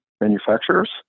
manufacturers